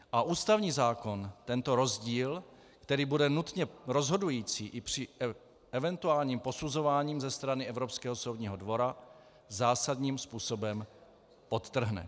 A ústavní zákon tento rozdíl, který bude nutně rozhodující i při eventuálním posuzování ze strany Evropského soudního dvora, zásadním způsobem podtrhne.